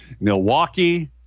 Milwaukee